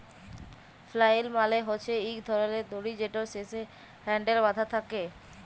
flail মালে হছে ইক ধরলের দড়ি যেটর শেষে হ্যালডেল বাঁধা থ্যাকে